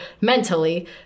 mentally